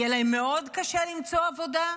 יהיה להם מאוד קשה למצוא עבודה.